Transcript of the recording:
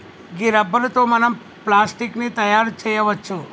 గీ rubber తో మనం plastic ని తయారు చేయవచ్చు